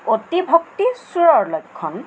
অতি ভক্তি চুৰৰ লক্ষণ